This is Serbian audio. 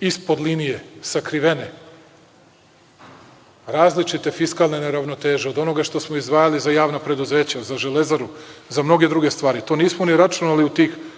ispod linije sakrivene različite fiskalne neravnoteže od onoga što smo izdvajali za javna preduzeća, za Železaru, za mnoge druge stvari. To nismo ni računali u tih 6,6%